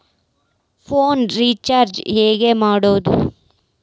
Phone recharge ಹೆಂಗೆ ಮಾಡೋದು?